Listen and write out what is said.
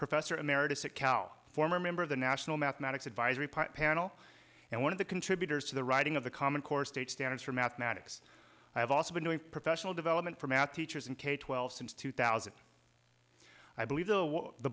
professor emeritus at cal former member of the national mathematics advisory pipe panel and one of the contributors to the writing of the common core state standards for mathematics i have also been doing professional development for math teachers in k twelve since two thousand i believe the the